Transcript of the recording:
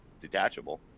detachable